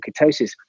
ketosis